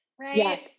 right